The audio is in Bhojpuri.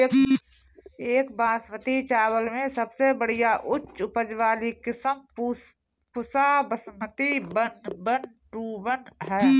एक बासमती चावल में सबसे बढ़िया उच्च उपज वाली किस्म Pusa Basmati one one two one ह?